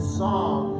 song